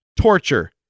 torture